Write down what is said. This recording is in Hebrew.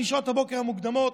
משעות הבוקר המוקדמות,